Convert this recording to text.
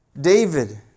David